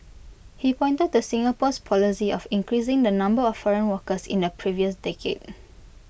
he pointed to Singapore's policy of increasing the number of foreign workers in the previous decade